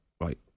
right